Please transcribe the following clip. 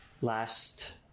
last